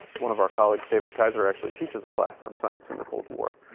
one of our colleagues, david kaiser, actually teaches a class on science and the cold war.